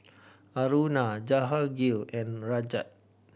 Aruna Jahangir and Rajat